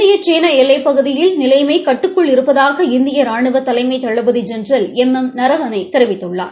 இந்திய சீள எல்லைப்பகுதியில் நிலைமை கட்டுக்குள் இருப்பதாக இந்திய ரானுவ தலைமை தளபதி ஜெனரல் எம் எம் நரவானே தெரிவித்துள்ளார்